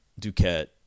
Duquette